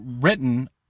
written